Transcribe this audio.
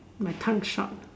my tongue short